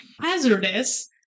hazardous